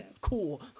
Cool